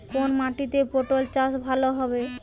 কোন মাটিতে পটল চাষ ভালো হবে?